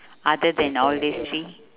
other than all these three